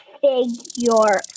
figure